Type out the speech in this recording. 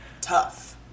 Tough